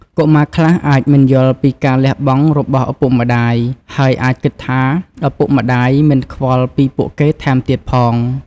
កុមារខ្លះអាចមិនយល់ពីការលះបង់របស់ឪពុកម្ដាយ ហើយអាចគិតថាឪពុកម្ដាយមិនខ្វល់ពីពួកគេថែមទៀតផង។